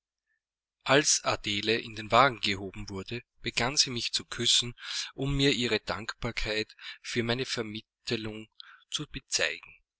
als adele in den wagen gehoben wurde begann sie mich zu küssen um mir ihre dankbarkeit für meine vermittelung zu bezeigen